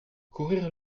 courir